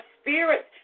spirit